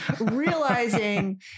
realizing